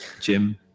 Jim